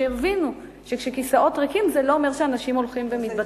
שיבינו שכשכיסאות ריקים זה לא אומר שאנשים הולכים ומתבטלים.